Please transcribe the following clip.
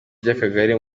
by’akagari